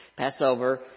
Passover